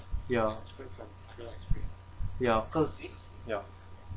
ya ya cause ya